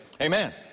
Amen